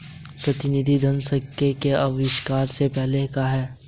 प्रतिनिधि धन सिक्के के आविष्कार से पहले का है